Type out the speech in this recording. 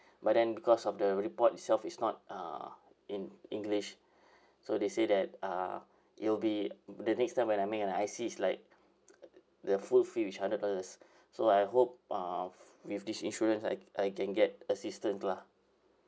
but then because of the report itself is not uh in english so they say that uh it will be the next time when I make an I_C it's like the full fee which hundred dollars so I hope uh with this insurance I I can get assistance lah